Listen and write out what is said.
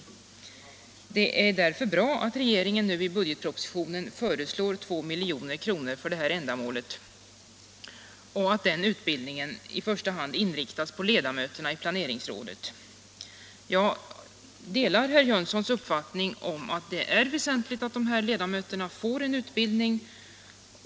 Det 23 mars 1977 är därför bra att regeringen nu i budgetpropositionen föreslår 2 milj.kr. — för det ändamålet. Utbildningen måste i första hand inriktas på leda — Anslag till vuxenutmöterna i planeringsrådet. bildning Jag delar herr Jönssons uppfattning att det är väsentligt att dessa ledamöter får en utbildning.